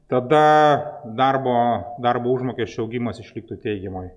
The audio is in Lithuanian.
tada darbo darbo užmokesčio augimas išliktų teigiamoj